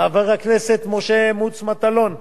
חבר הכנסת משה מוץ מטלון ובשמי,